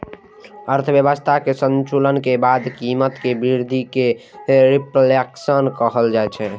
अर्थव्यवस्था मे संकुचन के बाद कीमत मे वृद्धि कें रिफ्लेशन कहल जाइ छै